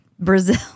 Brazil